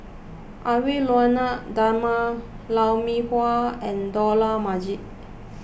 Edwy Lyonet Talma Lou Mee Wah and Dollah Majid